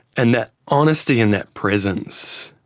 and that honesty and that presence,